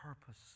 purpose